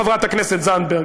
חברת הכנסת זנדברג,